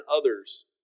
others